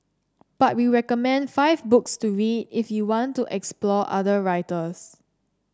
but we recommend five books to read if you want to explore other writers